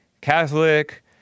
Catholic